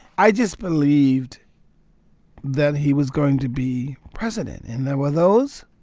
i just believed that he was going to be president. and there were those